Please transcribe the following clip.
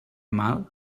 mal